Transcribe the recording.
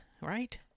right